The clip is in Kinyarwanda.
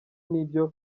n’ibyo